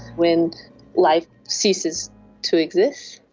when life ceases to exist.